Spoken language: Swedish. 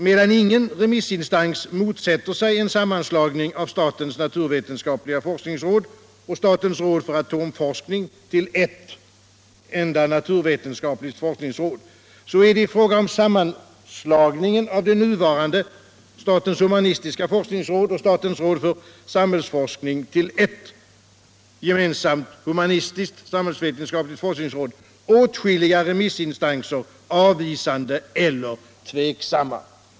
Medan ingen remissinstans motsätter sig en sammanslagning av statens naturvetenskapliga forskningsråd och statens råd för atomforskning till ett enda naturvetenskapligt forskningsråd, så är i fråga om sammanslagningen av de nuvarande statens humanistiska forskningsråd och statens råd för samhällsforskning till ett gemensamt humanistiskt-samhällsvetenskapligt forskningsråd åtskilliga remissinstanser avvisande eller tveksamma.